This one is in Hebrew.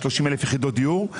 30,000 יחידות דיור,